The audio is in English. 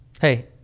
Hey